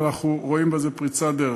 ואנחנו רואים בזה פריצת דרך.